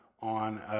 on